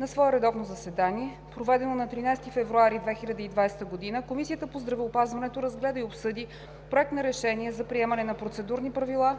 На свое редовно заседание, проведено на 13 февруари 2020 г., Комисията по здравеопазването разгледа и обсъди проект на Решение за приемане на процедурни правила